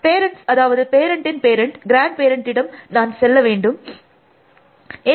parents அதாவது பேரண்டின் parent parents' parent க்ராண்ட்பேரண்ட்டிடம் நான் செல்ல வேண்டும் 142